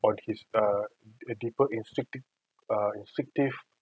on his err a deeper instinct it err instinctive